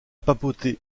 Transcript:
papauté